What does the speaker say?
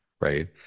right